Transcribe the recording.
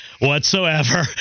whatsoever